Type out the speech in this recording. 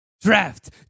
Draft